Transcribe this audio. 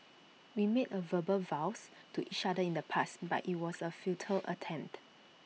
we made A verbal vows to each other in the past but IT was A futile attempt